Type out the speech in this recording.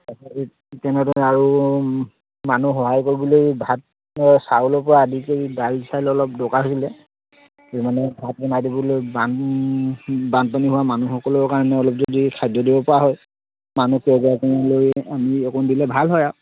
তাৰপাছত এই তেনেদৰে আৰু মানুহ সহায় কৰিবলৈ ভাত চাউলৰপৰা আদি কৰি দাইল চাইল অলপ দৰকাৰ হৈছিলে মানে ভাত বনাই দিবলৈ বান বানপানী হোৱা মানুহসকলৰ কাৰণে অলপ যদি খাদ্য দিবপৰা হয় মানুহ হেইগৰাকীমানলৈ আমি অকণ দিলে ভাল হয় আৰু